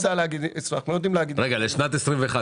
אנחנו לא יודעים להגיד --- לשנת 21',